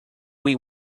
wee